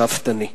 השאפתני?